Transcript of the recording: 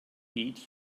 eat